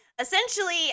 Essentially